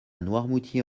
noirmoutier